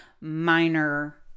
minor